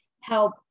help